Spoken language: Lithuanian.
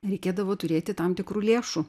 reikėdavo turėti tam tikrų lėšų